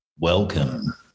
Welcome